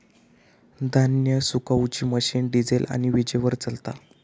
धान्य सुखवुची machine diesel आणि वीजेवर चलता